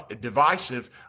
divisive